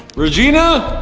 regina?